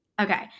Okay